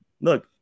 Look